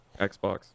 xbox